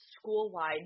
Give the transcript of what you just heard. school-wide